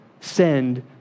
send